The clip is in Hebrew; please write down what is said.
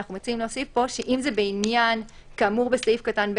אנחנו מציעים להוסיף פה שאם זה בעניין כאמור בסעיף קטן (ב),